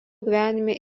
gyvenime